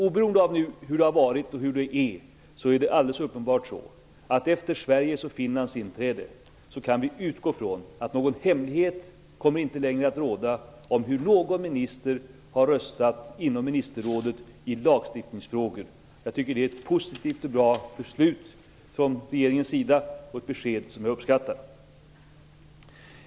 Oberoende av hur det har varit och är, är det uppenbart att efter Sveriges och Finlands inträde kan vi utgå ifrån att det inte längre kommer att råda någon hemlighet om hur någon minister har röstat inom Ministerrådet i lagstiftningsfrågor. Jag tycker att det är ett positivt och bra beslut från regeringens sida, och ett besked som jag uppskattar.